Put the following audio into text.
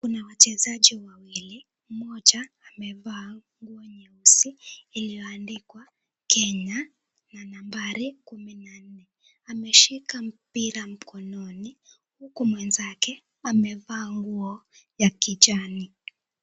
Kuna wachezaji wawili mmoja amevaa nguo nyeusi iliyoandikwa Kenya na nambari kumi na nne ameshika mpira mkononi huku mwenzake amevaa nguo ya kijani.